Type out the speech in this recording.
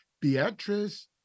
Beatrice